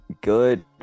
good